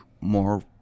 more